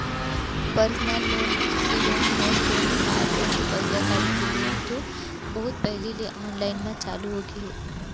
personal loan, कृषि loan, home loan, car loan, दुपहिया गाड़ी के लोन तो बहुत पहिली ले आनलाइन म चालू होगे हे